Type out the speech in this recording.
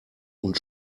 und